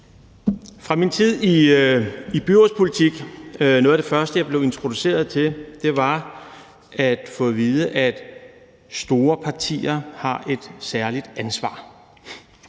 I min tid i byrådspolitik var noget af det første, jeg blev introduceret til, at få at vide, at store partier har et særligt ansvar.